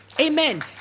Amen